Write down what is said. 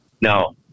No